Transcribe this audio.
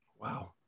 Wow